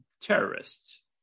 terrorists